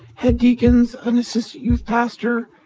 head deacons, an assistant youth pastor,